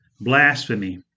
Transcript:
blasphemy